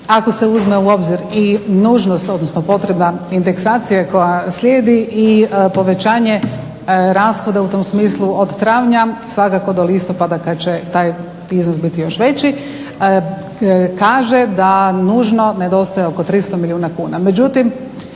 ako se uzme u obzir i nužnost odnosno potreba ineksacije koja slijedi i povećanje rashoda u tom smislu od travnja svakako do listopada kada će taj iznos biti još veći, kaže da nužno nedostaje oko 300 milijuna kuna.